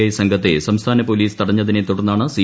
I സ്ംഘത്തെ സംസ്ഥാന police തടഞ്ഞതിനെ തുടർന്നാണ് സി